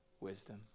wisdom